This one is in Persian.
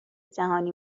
جهانی